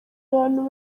abantu